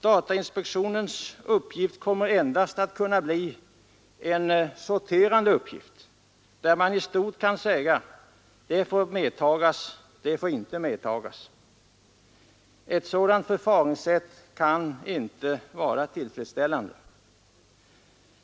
Datainspektionens uppgift kommer endast att kunna bli sorterande. Man kommer i stort endast att kunna säga vad som får medtagas och vad som inte får medtagas. Ett sådant förfaringssätt kan inte vara tillfredsställande.